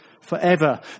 forever